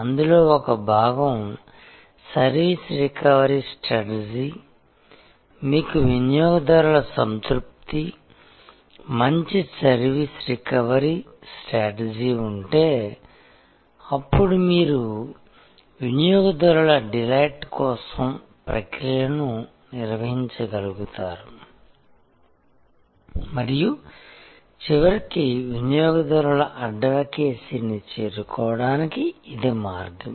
అందులో ఒక భాగం సర్వీస్ రికవరీ స్ట్రాటజీ మీకు వినియోగదారుల సంతృప్తి మంచి సర్వీస్ రికవరీ స్ట్రాటజీ ఉంటే అప్పుడు మీరు వినియోగదారుల డిలైట్ కోసం ప్రక్రియలను నిర్వహించగలుగుతారు మరియు చివరికి వినియోగదారుల అడ్వకేసీని చేరుకోవడానికి ఇది మార్గం